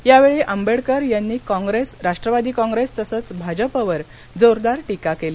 यावेळी आंबेडकर यांनी Congress Rashtravadi Congress तसंच भाजपवर जोरदार टीका केली